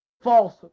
false